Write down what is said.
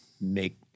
make